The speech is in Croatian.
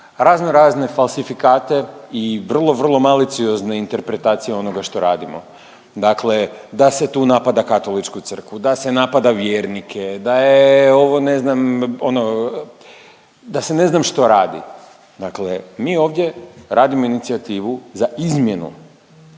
raznorazne falsifikate i vrlo, vrlo maliciozne interpretacije onoga što radimo. Dakle da se tu napada Katoličku Crkvu, da se napada vjernike, da je ovo, ne znam, ono, da se ne znam što radi. Dakle mi ovdje radimo inicijativu za izmjenu